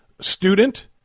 student